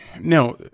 Now